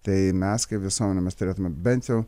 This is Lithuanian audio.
tai mes kaip visuomenė mes turėtume bent jau